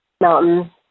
mountain